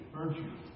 virtue